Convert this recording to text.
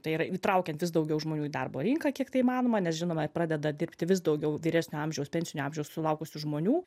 tai yra įtraukiant vis daugiau žmonių į darbo rinką kiek tai įmanoma nes žinome pradeda dirbti vis daugiau vyresnio amžiaus pensinio amžiaus sulaukusių žmonių